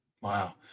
Wow